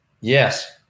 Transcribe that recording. Yes